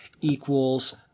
equals